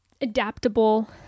adaptable